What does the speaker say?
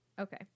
okay